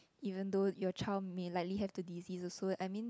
even though your child may likely have the disease also I mean